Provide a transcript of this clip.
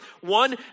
One